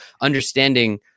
understanding